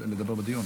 הכנסת,